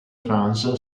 france